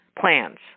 plans